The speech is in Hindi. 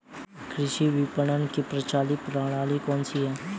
कृषि विपणन की प्रचलित प्रणाली कौन सी है?